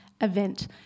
event